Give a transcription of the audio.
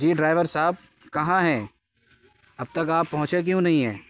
جی driver صاحب کہاں ہیں اب تک آپ پہنچے کیوں نہیں ہیں